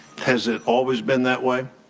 has it always been that way?